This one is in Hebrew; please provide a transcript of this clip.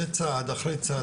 וצעד אחרי צעד,